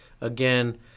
again